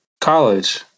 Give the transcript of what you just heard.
college